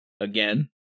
again